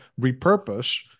repurpose